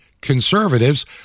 conservatives